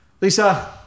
Lisa